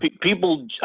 people